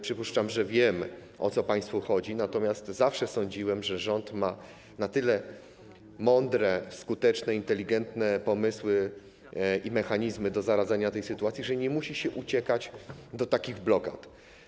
Przypuszczam, że wiem, o co państwu chodzi, natomiast zawsze sądziłem, że rząd ma na tyle mądre, skuteczne i inteligentne pomysły oraz mechanizmy do zaradzenia tej sytuacji, że nie musi się uciekać do takich blokad.